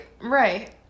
right